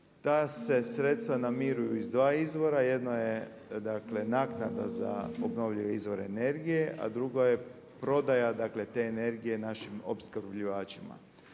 Ta se sredstva namiruju iz dva izvora, jedno je dakle naknada za obnovljive izvore energije a drugo je prodaja, dakle te energije našim opskrbljivačima.